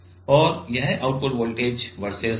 और यह output voltage versus दबाव है